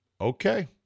Okay